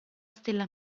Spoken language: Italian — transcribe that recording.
stella